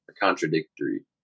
Contradictory